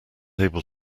able